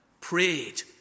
Prayed